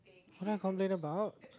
what did I complain about